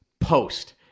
post